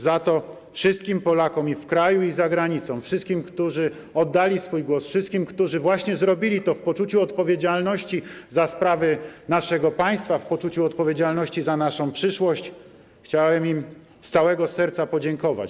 Za to wszystkim Polakom, i w kraju, i za granicą, wszystkim, którzy oddali swój głos, wszystkim, którzy zrobili to właśnie w poczuciu odpowiedzialności za sprawy naszego państwa, w poczuciu odpowiedzialności za naszą przyszłość, chciałem z całego serca podziękować.